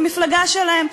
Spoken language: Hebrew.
המפלגה שלהם,